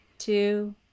Two